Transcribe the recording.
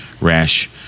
rash